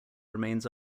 remains